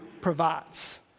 provides